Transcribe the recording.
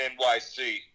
NYC